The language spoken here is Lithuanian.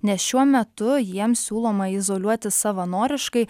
nes šiuo metu jiems siūloma izoliuotis savanoriškai